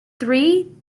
three